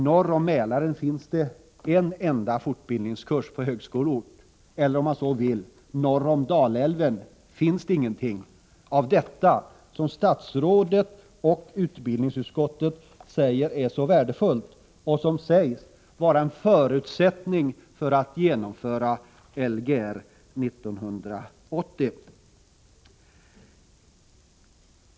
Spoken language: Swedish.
Norr om Mälaren finns en enda fortbildningskurs på högskoleort eller — om man så vill — norr om Dalälven finns ingenting av detta som statsrådet och utbildningsutskottet förklarar är så värdefullt och som sägs vara en förutsättning för att genomföra Lgr 80!